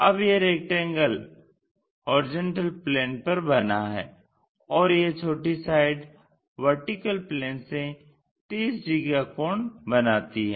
अब यह rectangle HP पर बना है और यह छोटी साइड VP से 30 डिग्री का कोण बनाती है